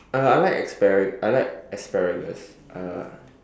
uh I like aspara~ I like asparagus uh